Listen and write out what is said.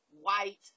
white